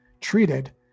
treated